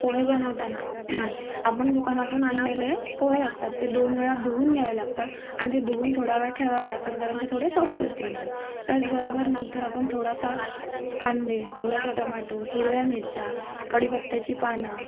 पोहे बनवताना आपण दुकानातून आणलेले पोहे असतात ते दोन वेळा धुवून घ्यावे लागतात आणि ते धुवून थोडा वेळ ठेवावे लागतात कारण ते थोडे सॉफ्ट होतील म्हणून त्याचबरोबर नंतर आपण थोडासा कांदे थोडासा टोमॅटो हिरव्या मिरच्या कढीपत्त्याची पानं